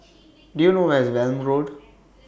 Do YOU know Where IS Welm Road